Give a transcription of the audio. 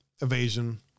evasion